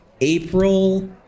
April